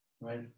right